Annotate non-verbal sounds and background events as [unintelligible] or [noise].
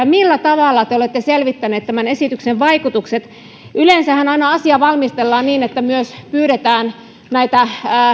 [unintelligible] millä tavalla te olette selvittäneet tämän esityksen vaikutukset yleensähän aina asia valmistellaan niin että myös pyydetään näitä